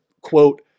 quote